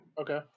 Okay